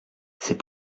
c’est